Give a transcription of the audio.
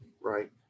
Right